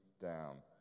down